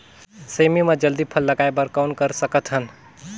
सेमी म जल्दी फल लगाय बर कौन कर सकत हन?